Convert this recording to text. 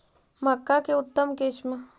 मक्का के उतम किस्म?